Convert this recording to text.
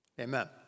Amen